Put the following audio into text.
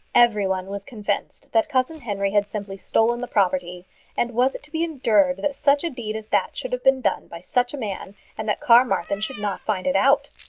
every one was convinced that cousin henry had simply stolen the property and was it to be endured that such a deed as that should have been done by such a man and that carmarthen should not find it out?